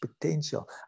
potential